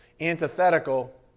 Antithetical